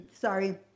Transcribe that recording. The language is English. sorry